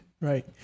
Right